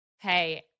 hey